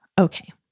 Okay